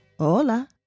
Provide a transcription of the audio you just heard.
Hola